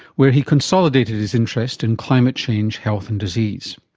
where he consolidated his interest in climate change, health and disease.